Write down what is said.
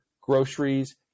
groceries